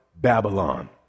Babylon